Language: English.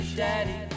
daddy